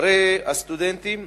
כפרי הסטודנטים,